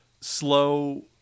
slow